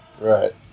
Right